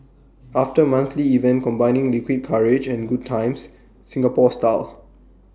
after monthly event combining liquid courage and good times Singapore style